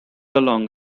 along